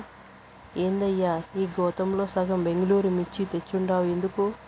ఏందయ్యా ఈ గోతాంల సగం బెంగళూరు మిర్చి తెచ్చుండావు ఎందుకు